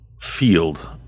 field